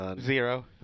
zero